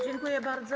Dziękuję bardzo.